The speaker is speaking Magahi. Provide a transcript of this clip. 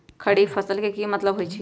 खरीफ फसल के की मतलब होइ छइ?